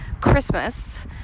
Christmas